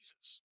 Jesus